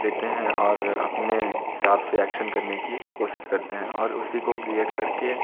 लेते हैं और अपने हिसाब से एक्शन करने की कोशिश करते हैं और उसी को क्रीऐट कर के